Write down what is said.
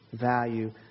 value